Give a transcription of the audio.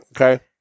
Okay